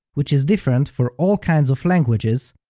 which is different for all kinds of languages,